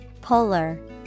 Polar